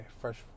fresh